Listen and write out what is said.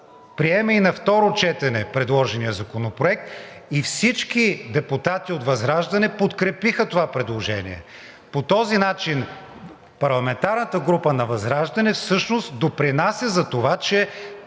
приеме и на второ четене предложения законопроект и всички депутати от ВЪЗРАЖДАНЕ подкрепиха това предложение. По този начин парламентарната група на ВЪЗРАЖДАНЕ всъщност допринася за това, че